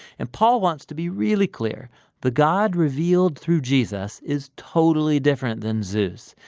and paul wants to be really clear the god revealed through jesus is totally different than zeus.